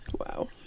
Wow